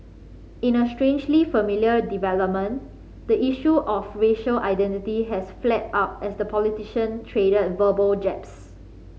in a strangely familiar development the issue of racial identity has flared up as the politician traded verbal jabs